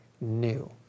new